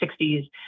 60s